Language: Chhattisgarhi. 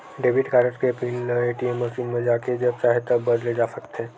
डेबिट कारड के पिन ल ए.टी.एम मसीन म जाके जब चाहे बदले जा सकत हे